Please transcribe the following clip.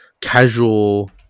casual